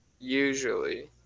usually